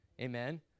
Amen